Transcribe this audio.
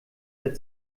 der